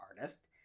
artist